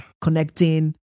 connecting